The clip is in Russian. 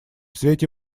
свете